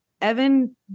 Evan